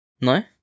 No